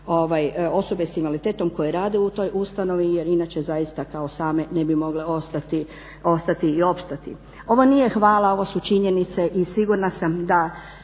osobe s invaliditetom koje rade u toj ustanovi jer inače zaista kao same ne bi mogle opstati. Ovo nije hvala, ovo su činjenice i sigurna sam da